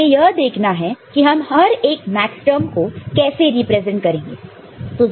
तो हमें यह देखना है कि हम हर एक मैक्सटर्म को कैसे रिप्रेजेंट करेंगे